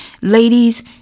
Ladies